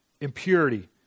impurity